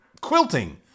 quilting